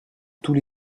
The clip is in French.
tous